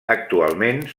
actualment